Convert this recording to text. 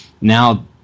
Now